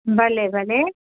भले भले